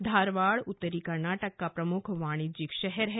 धारवाड़ उत्तरी कर्नाटक का प्रमुख वाणिज्यिक शहर हैं